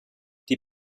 die